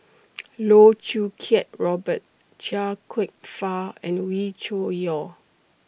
Loh Choo Kiat Robert Chia Kwek Fah and Wee Cho Yaw